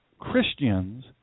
Christians